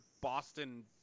Boston